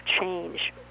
change